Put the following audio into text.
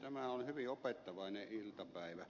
tämä on hyvin opettavainen iltapäivä